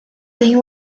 tem